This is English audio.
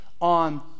on